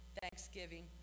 Thanksgiving